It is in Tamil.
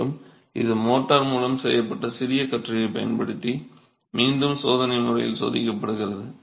மேலும் இது மோர்டார் மூலம் செய்யப்பட்ட சிறிய கற்றையைப் பயன்படுத்தி மீண்டும் சோதனை முறையில் சோதிக்கப்படுகிறது